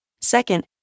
Second